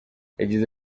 yagize